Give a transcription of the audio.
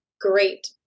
great